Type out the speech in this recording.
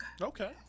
Okay